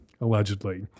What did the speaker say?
allegedly